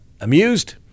amused